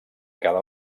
cada